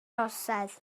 orsedd